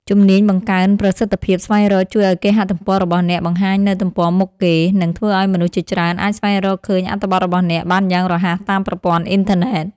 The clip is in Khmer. ជំនាញបង្កើនប្រសិទ្ធភាពស្វែងរកជួយឱ្យគេហទំព័ររបស់អ្នកបង្ហាញនៅទំព័រមុខគេ និង ធ្វើឱ្យមនុស្សជាច្រើនអាចស្វែងរកឃើញអត្ថបទរបស់អ្នកបានយ៉ាងរហ័សតាមប្រព័ន្ធអ៊ីនធឺណិត។